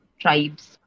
tribes